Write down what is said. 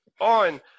on